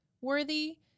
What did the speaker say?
worthy